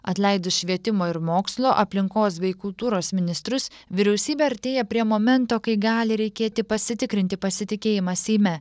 atleidus švietimo ir mokslo aplinkos bei kultūros ministrus vyriausybė artėja prie momento kai gali reikėti pasitikrinti pasitikėjimą seime